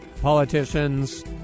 politicians